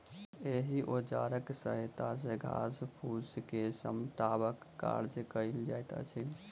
एहि औजारक सहायता सॅ घास फूस के समेटबाक काज कयल जाइत अछि